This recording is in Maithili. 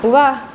वाह